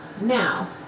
Now